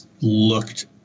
looked